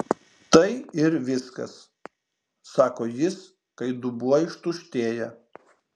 tai ir viskas sako jis kai dubuo ištuštėja